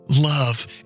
love